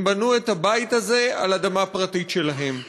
הם בנו את הבית הזה על אדמה פרטית שלהם.